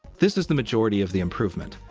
this is the majority of the improvement.